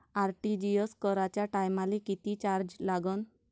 RTGS कराच्या टायमाले किती चार्ज लागन?